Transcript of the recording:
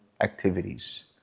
activities